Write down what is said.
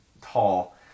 tall